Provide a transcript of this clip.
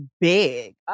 big